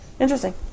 Interesting